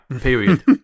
period